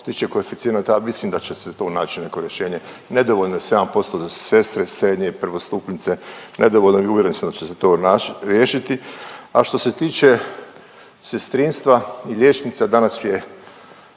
što se tiče koeficijenata mislim da će se tu naći neko rješenje, nedovoljno je 7% za sestre srednje i prvostupnice, nedovoljno je i uvjeren sam da će se to naći, riješiti. A što se tiče sestrinstva i liječnica, danas je